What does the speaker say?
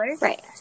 right